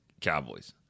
Cowboys